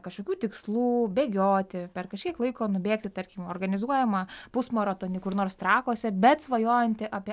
kažkokių tikslų bėgioti per kažkiek laiko nubėgti tarkim organizuojamą pusmaratonį kur nors trakuose bet svajojantį apie